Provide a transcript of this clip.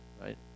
right